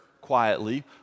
quietly